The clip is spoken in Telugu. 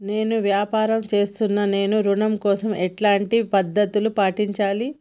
నేను వ్యాపారం చేస్తున్నాను నేను ఋణం కోసం ఎలాంటి పద్దతులు పాటించాలి?